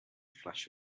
flash